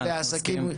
אז ביחס לעסקים?